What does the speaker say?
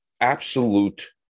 absolute